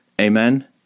Amen